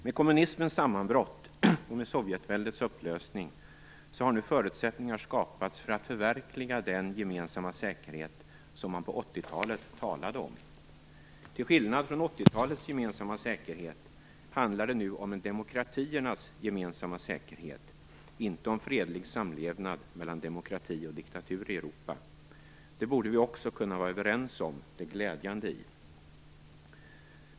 Med kommunismens sammanbrott och med Sovjetväldets upplösning har nu förutsättningar skapats för att förverkliga den gemensamma säkerhet som man på 80-talet talade om. Till skillnad från 80-talets gemensamma säkerhet handlar det nu om en demokratiernas gemensamma säkerhet, inte om fredlig samlevnad mellan demokrati och diktatur i Europa. Det glädjande i detta borde vi också kunna vara överens om.